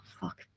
fuck